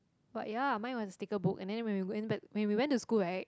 but ya mine was a sticker book and then when we went back when we went to school right